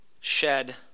shed